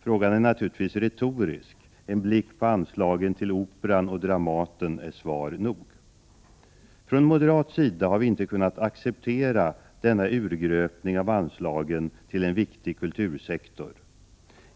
Frågan är naturligtvis retorisk: en blick på anslagen till Operan och Dramaten är svar nog. Från moderat sida har vi inte kunnat acceptera denna urgröpning av anslagen till en viktig kultursektor.